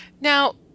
Now